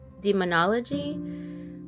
demonology